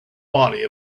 body